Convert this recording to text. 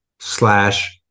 slash